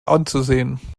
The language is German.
anzusehen